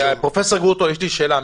פרופ' גרוטו, יש לי שאלה.